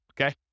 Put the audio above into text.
Okay